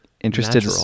interested